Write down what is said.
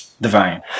Divine